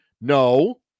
no